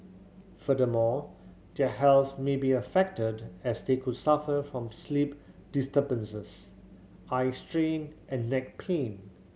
furthermore their health may be affected as they could suffer from sleep disturbances eye strain and neck pain